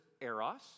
eros